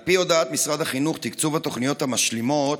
על פי הודעת משרד החינוך, תקצוב התוכניות המשלימות